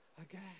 Again